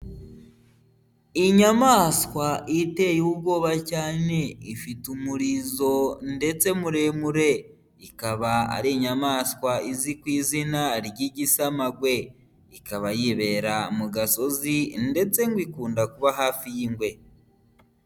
Inyamaswa iteye ubwoba cyane ifite umurizo ndetse muremure, ikaba ari inyamaswa izwi ku izina ry'igisamagwe, ikaba yibera mu gasozi ndetse ngo ikunda kuba hafi y'ingwe.